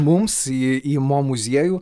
mums į mo muziejų